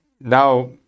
now